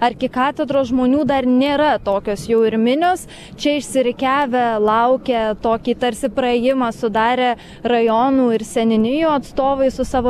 arkikatedros žmonių dar nėra tokios jau ir minios čia išsirikiavę laukia tokį tarsi praėjimą sudarę rajonų ir seniūnijų atstovai su savo